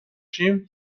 شیم